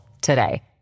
today